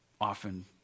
often